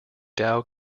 dow